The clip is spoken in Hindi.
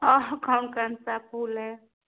और कौन कौन सा फूल है